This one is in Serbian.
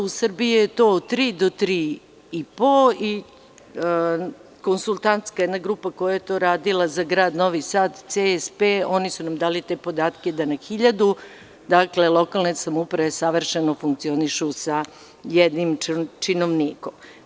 U Srbiji je to tri do tri i po, a jedna konsultantska grupa koja je to radila za Grad Novi Sad, CSP oni su nam dali te podatke da na 1.000, lokalne samouprave savršeno funkcionišu sa jednim činovnikom.